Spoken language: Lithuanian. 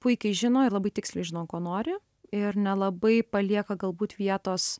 puikiai žino ir labai tiksliai žino ko nori ir nelabai palieka galbūt vietos